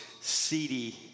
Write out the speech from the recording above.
seedy